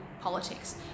politics